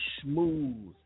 smooth